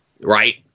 right